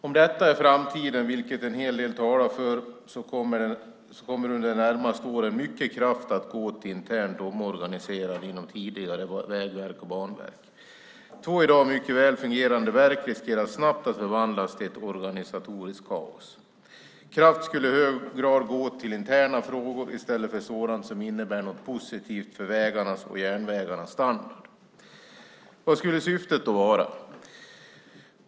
Om detta är framtiden, vilket en hel del talar för, kommer under de närmaste åren mycket kraft att gå till internt omorganiserande inom tidigare Vägverket och Banverket. Två i dag mycket väl fungerande verk riskerar att snabbt förvandlas till ett organisatoriskt kaos. Kraft skulle i hög grad gå till interna frågor i stället för till sådant som innebär något positivt för vägarnas och järnvägens standard. Vad skulle syftet då vara?